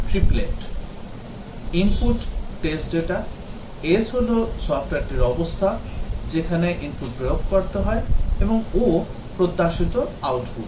Input test data S হল সফ্টওয়্যারটির অবস্থা যেখানে input প্রয়োগ করতে হয় এবং O প্রত্যাশিত output